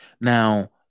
Now